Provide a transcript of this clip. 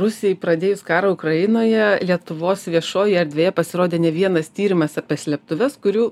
rusijai pradėjus karą ukrainoje lietuvos viešojoje erdvėje pasirodė ne vienas tyrimas apie slėptuves kurių